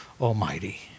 Almighty